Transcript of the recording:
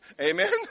Amen